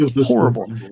horrible